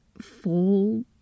full